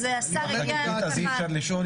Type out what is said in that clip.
והשר הגיע לומר --- זה לא לעקוף.